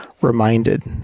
reminded